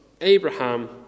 Abraham